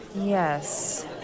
Yes